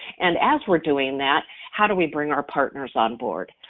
and as we're doing that how do we bring our partners on board?